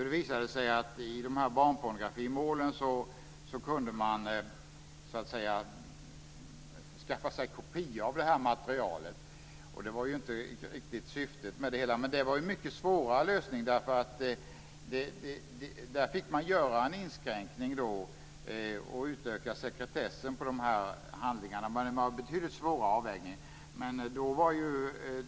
Det visade sig i barnpornografimålen att man kunde skaffa sig kopior av materialet. Det var inte riktigt syftet med det hela. Det var en mycket svårare lösning. Där fick man göra en inskränkning och utöka sekretessen för handlingarna. Det var en betydligt svårare avvägning.